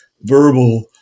verbal